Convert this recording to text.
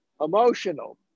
emotional